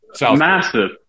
Massive